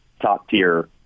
top-tier